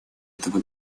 этого